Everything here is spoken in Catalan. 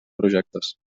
projectes